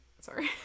Sorry